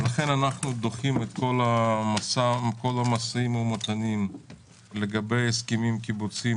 לכן אנחנו דוחים את כל המשאים והמתנים לגבי ההסכמים הקיבוציים,